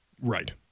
Right